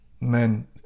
men